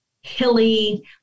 hilly